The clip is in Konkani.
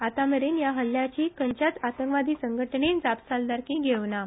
आतामेरेन ह्या हल्ल्याची खंयच्याच आतंकवादी संघटनेन जापसालदारकी घेवंक ना